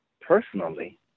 personally